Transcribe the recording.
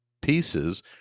pieces